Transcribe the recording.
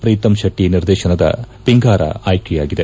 ಪ್ರೀತಂ ಶೆಟ್ಟಿ ನಿರ್ದೇಶನದ ಪಿಂಗಾರ ಆಯ್ಕೆಯಾಗಿದೆ